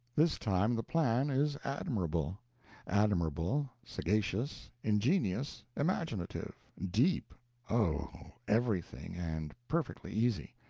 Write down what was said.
this time the plan is admirable admirable, sagacious, ingenious, imaginative, deep oh, everything, and perfectly easy.